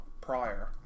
prior